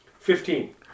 Fifteen